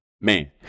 man